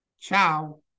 Ciao